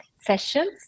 sessions